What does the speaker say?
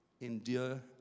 endure